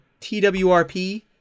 TWRP